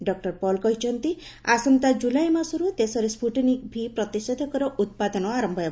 doctor Paul କହିଛନ୍ତି ଆସନ୍ତା July ମାସରୁ ଦେଶରେ ସ୍କୁଟନିକ୍ ଭି ପ୍ରତିଷେଧକର ଉତ୍ପାଦନ ଆରମ୍ଭ ହେବ